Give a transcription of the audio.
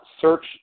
search